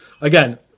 again